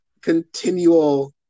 continual